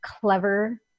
clever